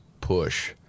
push